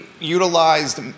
utilized